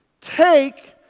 take